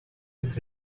with